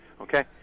Okay